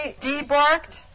debarked